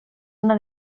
una